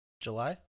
July